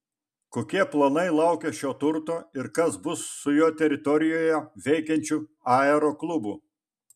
kokie planai laukia šio turto ir kas bus su jo teritorijoje veikiančiu aeroklubu